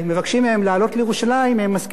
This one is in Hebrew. הם מסכימים שנווה-אילן זה ירושלים.